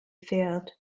failed